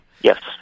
Yes